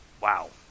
Wow